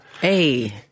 Hey